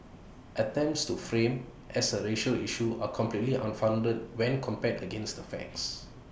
attempts to frame as A racial issue are completely unfounded when compared against the facts